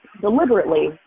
deliberately